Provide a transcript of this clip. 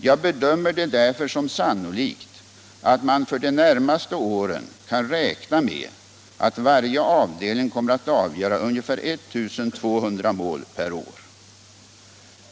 Jag bedömer det därför som sannolikt att man för de närmaste åren kan räkna med att varje avdelning kommer att avgöra ungefär 1 200 mål per år.